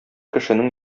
кешенең